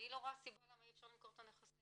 אני לא רואה סיבה למה אי אפשר למכור את הנכסים.